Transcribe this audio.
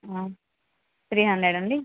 ఆహా three hundred అండి